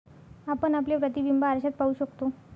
आपण आपले प्रतिबिंब आरशात पाहू शकतो